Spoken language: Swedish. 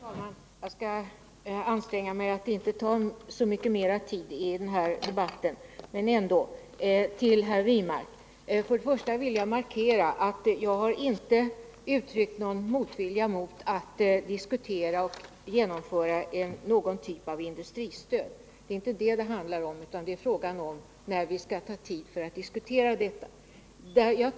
Herr talman! Jag skall anstränga mig att inte ta så mycket mera tid i anspråk i den här debatten, men jag vill ändå bemöta herr Wirmark. Först vill jag markera att jag inte har uttryckt någon motvilja mot att diskutera — och genomföra — någon typ av industristöd. Det är inte det det gäller, utan det är fråga om hur det skall ske och när vi skall ta tid för att diskutera detta.